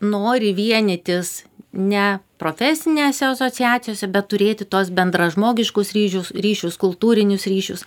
nori vienytis ne profesinėse asociacijose bet turėti tuos bendražmogiškus ryšius ryšius kultūrinius ryšius